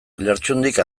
lertxundik